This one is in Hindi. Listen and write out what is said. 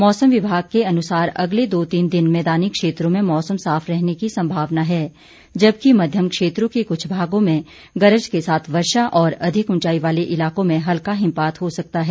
मौसम विभाग ने अगले दो तीन दिन मैदानी क्षेत्रों में मौसम साफ रहने की सम्भावना जताई है जबकि मध्यम क्षेत्रों के कुछ भागों में गरज के साथ वर्षा और अधिक उंचाई वाले इलाकों में हल्का हिमपात हो सकता है